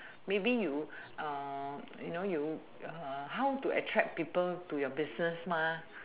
maybe you you know you how to attract people to your business